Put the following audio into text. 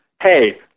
hey